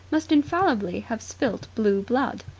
must infallibly have spilt blue blood.